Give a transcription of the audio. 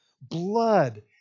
blood